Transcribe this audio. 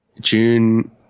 june